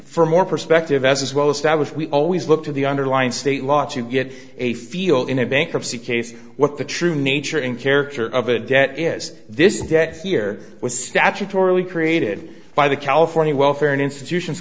for more perspective as is well established we always look to the underlying state law to get a feel in a bankruptcy case what the true nature and character of a debt is this debt here was statutorily created by the california welfare and institutions